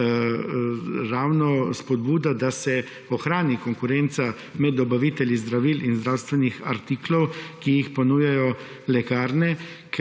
ravno spodbuda, da se ohrani konkurenca med dobavitelji zdravil in zdravstvenih artiklov, ki jih ponujajo lekarne.